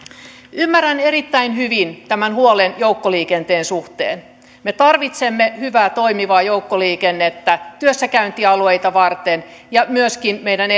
ymmärrän erittäin hyvin tämän huolen joukkoliikenteen suhteen me tarvitsemme hyvää toimivaa joukkoliikennettä työssäkäyntialueita varten ja myöskin meidän